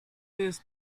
jest